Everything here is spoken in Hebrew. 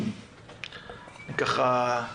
נראה לי